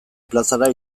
plazara